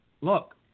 look